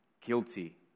guilty